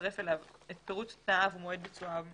ותצרף אליו את פירוט תנאיו ומועד ביצועם,